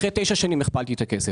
אחרי 9 שנים הכפלתי את הכסף.